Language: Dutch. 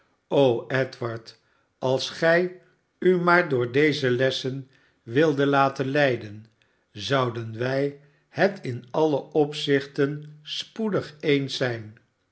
edward als gij u maar door zulke lessen wildet laten leiden zouden wij het in alle opzichten spoedig eens zijn